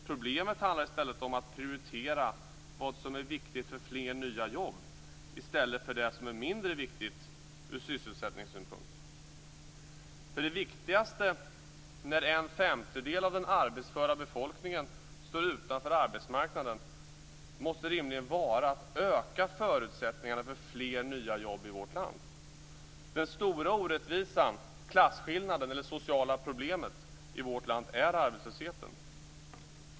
Problemet handlar i stället om att prioritera vad som är viktigt för fler nya jobb i stället för det som är mindre viktigt från syssesättningssynpunkt. Det viktigaste när en femtedel av den arbetsföra befolkningen står utanför arbetsmarknaden måste rimligen vara att öka förutsättningarna för fler nya jobb. Den stora orättvisan, klasskillnaden eller det sociala problemet i vårt land är arbetslösheten.